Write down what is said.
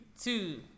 two